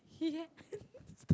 he has